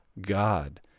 god